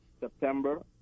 September